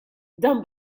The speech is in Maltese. dan